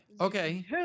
okay